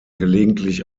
gelegentlich